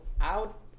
out